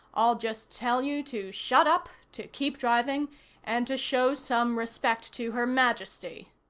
i'll just tell you to shut up, to keep driving and to show some respect to her majesty.